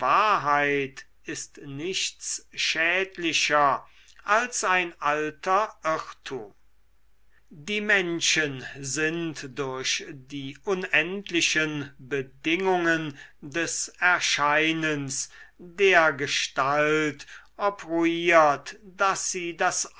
ist nichts schädlicher als ein alter irrtum die menschen sind durch die unendlichen bedingungen des erscheinens dergestalt obruiert daß sie das